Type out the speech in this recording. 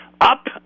up